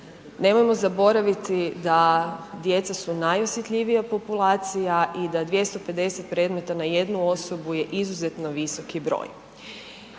Nemojmo zaboraviti da djeca su najosjetljivija populacija i da 250 predmeta na jednu osobu je izuzetno visoki broj.